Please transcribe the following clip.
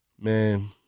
Man